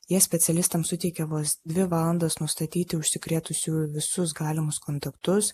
jie specialistams suteikiamos dvi valandas nustatyti užsikrėtusių visus galimus kontaktus